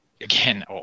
again